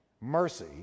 mercy